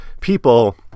People